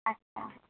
अच्छा